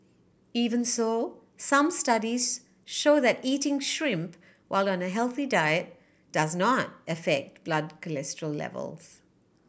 even so some studies show that eating shrimp while on a healthy diet does not affect blood cholesterol levels